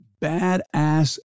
badass